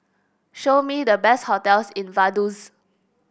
show me the best hotels in Vaduz